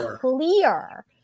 clear